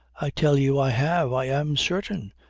i tell you i have! i am certain!